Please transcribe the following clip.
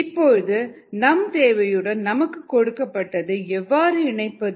இப்பொழுது நம் தேவையுடன் நமக்கு கொடுக்கப்பட்டதை எவ்வாறு இணைப்பது